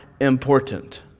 important